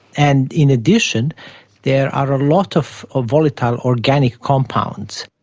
and in addition there are a lot of of volatile organic compounds.